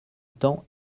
temps